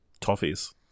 toffees